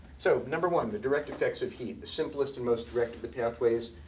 so number one, the direct effects of heat. the simplest and most direct of the pathways.